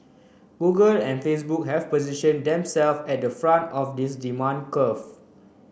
Google and Facebook have positioned themselves at the front of this demand curve